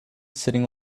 sitting